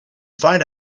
find